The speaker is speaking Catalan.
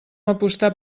apostar